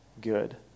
good